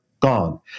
gone